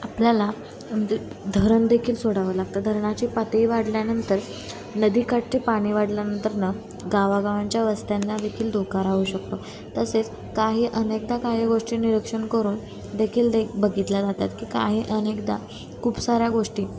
आपल्याला धरणदेखील सोडावं लागतं धरणाची पातळी वाढल्यानंतर नदी काठचे पाणी वाढल्यानंतर ना गावागावांच्या वस्त्यांना देखील धोका राहू शकतो तसेच काही अनेकदा काही गोष्टी निरीक्षण करून देखील दे बघितल्या जातात की काही अनेकदा खूप साऱ्या गोष्टी